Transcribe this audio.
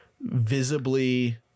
visibly